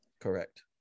correct